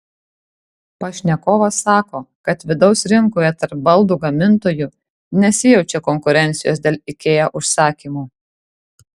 pašnekovas sako kad vidaus rinkoje tarp baldų gamintojų nesijaučia konkurencijos dėl ikea užsakymų